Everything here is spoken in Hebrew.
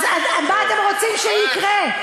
אז מה אתם רוצים שיקרה?